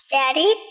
Daddy